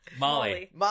Molly